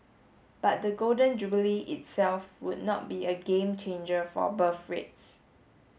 but the Golden Jubilee itself would not be a game changer for birth rates